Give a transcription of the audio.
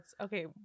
Okay